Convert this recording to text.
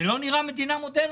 זה לא נראה מדינה מודרנית.